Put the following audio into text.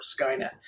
skynet